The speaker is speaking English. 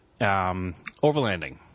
overlanding